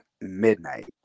midnight